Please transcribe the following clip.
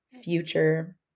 future